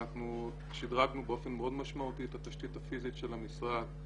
אנחנו שדרגנו באופן מאוד משמעותי את התשתית הפיסית של המשרד,